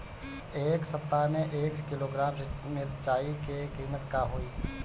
एह सप्ताह मे एक किलोग्राम मिरचाई के किमत का होई?